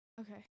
Okay